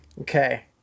Okay